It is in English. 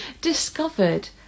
discovered